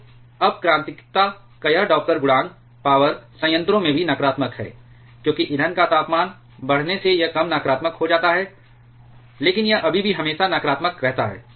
तो अपक्रांतिकता का यह डॉपलर गुणांक पावर संयंत्रों में भी नकारात्मक है क्योंकि ईंधन का तापमान बढ़ने से यह कम नकारात्मक हो जाता है लेकिन यह अभी भी हमेशा नकारात्मक रहता है